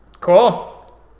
Cool